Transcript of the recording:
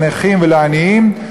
לנכים ולעניים,